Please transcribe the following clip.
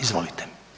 Izvolite.